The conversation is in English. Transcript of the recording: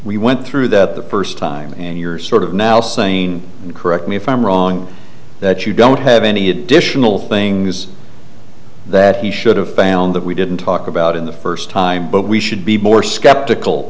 we went through that the first time and you're sort of now saying correct me if i'm wrong that you don't have any additional things that he should have found that we didn't talk about in the first time but we should be more skeptical